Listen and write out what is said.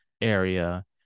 area